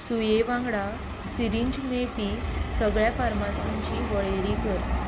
सुये वांगडा सिरिंज मेळपी सगळ्या फार्मासांची वळेरी कर